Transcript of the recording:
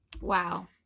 Wow